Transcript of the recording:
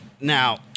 Now